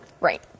Right